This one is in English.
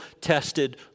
tested